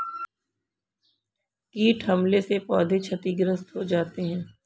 कीट हमले से पौधे क्षतिग्रस्त हो जाते है